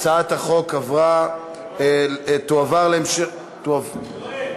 הצעת החוק עברה ותועבר, יואל.